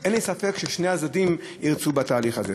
אין לי ספק ששני הצדדים ירצו בתהליך הזה.